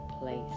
place